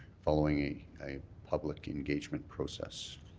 following a a public engagement process.